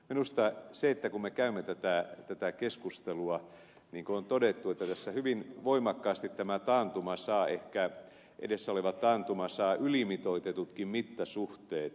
minusta kun me käymme tätä keskustelua niin kuin on todettu tässä hyvin voimakkaasti tämä taantuma ehkä edessä oleva taantuma saa ylimitoitetutkin mittasuhteet